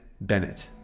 Bennett